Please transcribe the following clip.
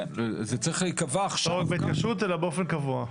לא רק בהתקשרות אלא באופן קבוע.